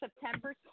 september